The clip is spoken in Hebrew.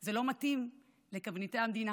זה לא מתאים לקברניטי המדינה.